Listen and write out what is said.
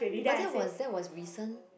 but that was that was recent